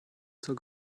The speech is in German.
zur